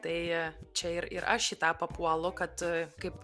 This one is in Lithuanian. tai čia ir ir aš į tą papuolu kad kaip